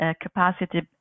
capacity